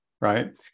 right